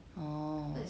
orh